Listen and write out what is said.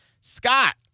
Scott